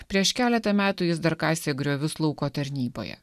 prieš keletą metų jis dar kasė griovius lauko tarnyboje